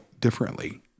differently